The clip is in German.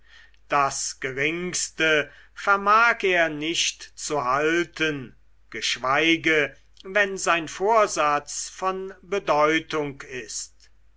das geringste vermag er nicht zu halten geschweige wenn sein vorsatz von bedeutung ist